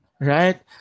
right